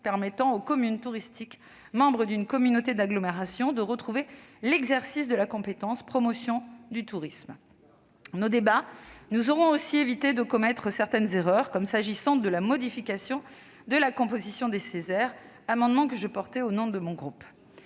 permettre aux communes touristiques membres d'une communauté d'agglomération de retrouver l'exercice de la compétence « promotion du tourisme ». Nos débats nous auront aussi permis d'éviter de commettre certaines erreurs, comme sur la modification de la composition des Ceser, à travers un amendement que je portais au nom de mon groupe.